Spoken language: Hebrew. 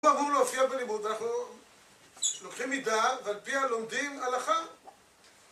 זה לא עבור להופיע בלימוד, אנחנו לוקחים מידע, ועל פי הלומדים, הלכה.